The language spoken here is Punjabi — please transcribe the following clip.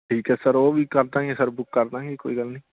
ਠੀਕ ਹੈ ਸਰ ਉਹ ਵੀ ਕਰ ਦਾਂਗੇ ਸਰ ਬੁੱਕ ਕਰ ਦਾਂਗੇ ਕੋਈ ਗੱਲ ਨਹੀਂ